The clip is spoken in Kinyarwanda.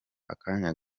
akanya